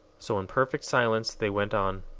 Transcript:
so in perfect silence they went on.